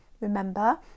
Remember